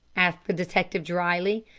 asked the detective dryly.